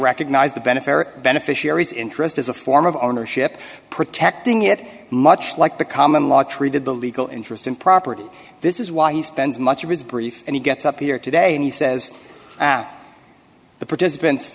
recognize the benefit beneficiaries interest as a form of ownership protecting it much like the common law treated the legal interest in property this is why he spends much of his brief and he gets up here today and he says the participants